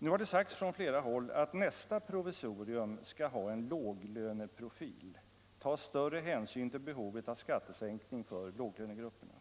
Nu har det sagts från flera håll att nästa provisorium skall ha en låglöneprofil, dvs. ta större hänsyn till behovet av skattesänkning för låglönegrupperna.